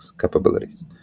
capabilities